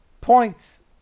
Points